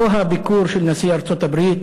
לא הביקור של נשיא ארצות-הברית,